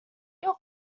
your